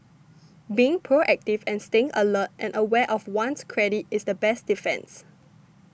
being proactive and staying alert and aware of one's credit is the best defence